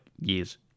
years